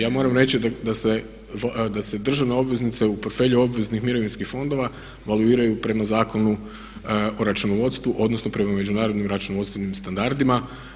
Ja moram reći da se državna obveznica u portfelju obveznih mirovinskih fondova … prema Zakonu o računovodstvu, odnosno prema međunarodnim računovodstvenim standardima.